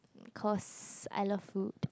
cause I love food